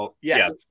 Yes